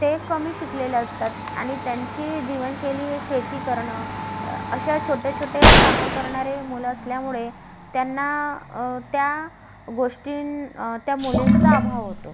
ते कमी शिकलेले असतात आणि त्यांची जीवनशैली हे शेती करणं अशा छोटे छोटे कामं करणारे मुलं असल्यामुळे त्यांना त्या गोष्टी त्या मुलींचा अभाव होतो